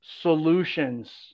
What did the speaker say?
solutions